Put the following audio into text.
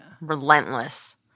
Relentless